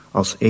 als